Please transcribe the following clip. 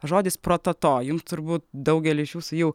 žodis prototo jums turbūt daugeliui iš jūsų jau